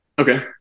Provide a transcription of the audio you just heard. Okay